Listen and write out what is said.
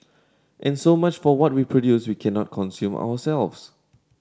and so much for what we produce we cannot consume ourselves